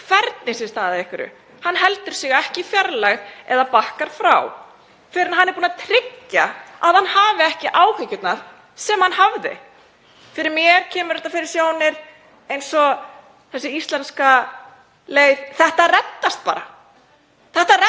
hvernig sé staðið að einhverju. Hann heldur sig ekki í fjarlægð eða bakkar frá fyrr en hann er búinn að tryggja að hann hafi ekki áhyggjurnar sem hann hafði. Mér kemur þetta fyrir sjónir sem þessi íslenska leið, þetta reddast bara. Þetta reddast